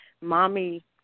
Mommy